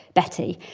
betty.